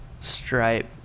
Stripe